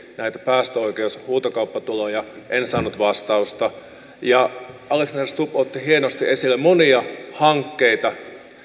näitä päästöoikeushuutokauppatuloja en saanut vastausta alexander stubb otti hienosti esille monia hankkeita